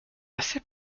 assez